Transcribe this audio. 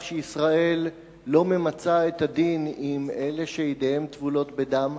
שישראל לא ממצה את הדין עם אלה שידיהם טבולות בדם,